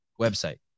website